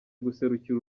guserukira